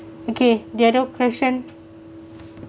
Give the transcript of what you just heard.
okay the other question